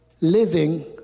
living